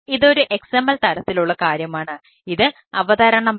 ഇതൊരു XML തരത്തിലുള്ള കാര്യമാണ് ഇത് അവതരണമല്ല